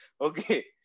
Okay